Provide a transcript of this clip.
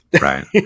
Right